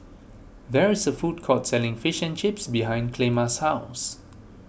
there is a food court selling Fish and Chips behind Clemma's house